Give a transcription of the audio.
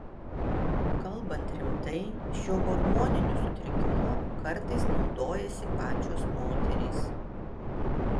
kalbant rimtai šiuo hormoniniu sutrikimu kartais naudojasi pačios moterys